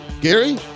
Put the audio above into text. Gary